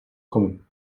kommen